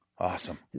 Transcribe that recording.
Awesome